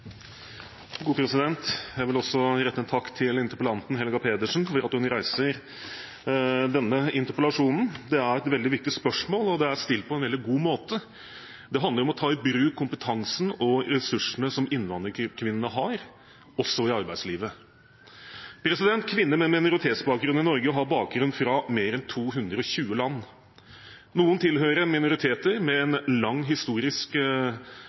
til interpellanten Helga Pedersen for at hun reiser denne interpellasjonen. Det er et viktig spørsmål, og det er stilt på en veldig god måte. Det handler om å ta i bruk kompetansen og ressursene som innvandrerkvinner har – også i arbeidslivet. Kvinner med minoritetsbakgrunn i Norge har bakgrunn fra mer enn 220 land. Noen tilhører minoriteter med en lang